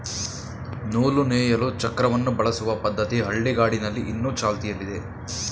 ನೂಲು ನೇಯಲು ಚಕ್ರವನ್ನು ಬಳಸುವ ಪದ್ಧತಿ ಹಳ್ಳಿಗಾಡಿನಲ್ಲಿ ಇನ್ನು ಚಾಲ್ತಿಯಲ್ಲಿದೆ